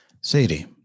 Sadie